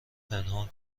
پنهان